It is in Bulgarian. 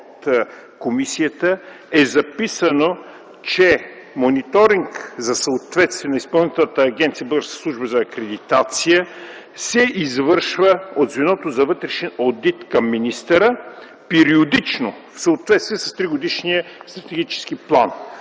от комисията, е записано, че мониторинг за съответствие на Изпълнителна агенция „Българска служба за акредитация” се извършва от звеното за вътрешен одит към министъра периодично в съответствие с тригодишния стратегически план.